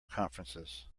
conferences